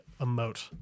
emote